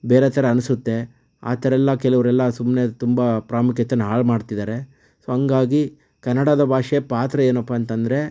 ಬೇರೆ ಥರ ಅನ್ನಿಸುತ್ತೆ ಆ ಥರ ಎಲ್ಲ ಕೆಲವರೆಲ್ಲ ಸುಮ್ಮನೆ ತುಂಬ ಪ್ರಾಮುಖ್ಯತೇನ ಹಾಳು ಮಾಡ್ತಿದ್ದಾರೆ ಸೊ ಹಾಗಾಗಿ ಕನ್ನಡದ ಭಾಷೆ ಪಾತ್ರ ಏನಪ್ಪ ಅಂತಂದರೆ